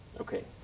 Okay